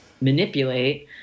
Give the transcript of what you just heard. manipulate